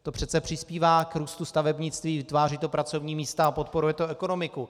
To přece přispívá k růstu stavebnictví, vytváří to pracovní místa a podporuje to ekonomiku.